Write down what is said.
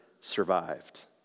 survived